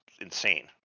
insane